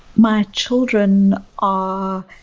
my children are.